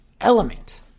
element